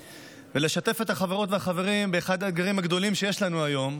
ולשתף את החברות והחברים באחד האתגרים הגדולים שיש לנו היום,